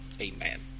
amen